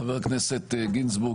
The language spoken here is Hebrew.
חבר הכנסת גינזבורג,